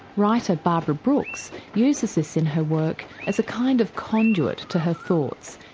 writer barbara brooks uses this in her work as a kind of conduit to her thoughts,